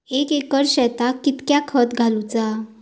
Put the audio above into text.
एक एकर शेताक कीतक्या खत घालूचा?